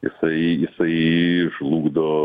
jisai jisai žlugdo